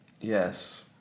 Yes